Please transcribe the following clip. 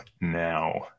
now